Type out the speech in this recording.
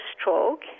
stroke